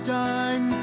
done